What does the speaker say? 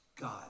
God